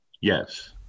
yes